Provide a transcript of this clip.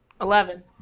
Eleven